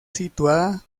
situada